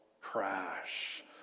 crash